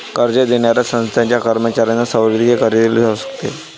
कर्ज देणाऱ्या संस्थांच्या कर्मचाऱ्यांना सवलतीचे कर्ज दिले जाऊ शकते